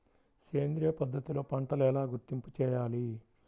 సేంద్రియ పద్ధతిలో పంటలు ఎలా గుర్తింపు చేయాలి?